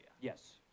Yes